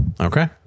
Okay